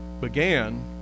began